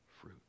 fruit